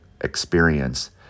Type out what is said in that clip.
experience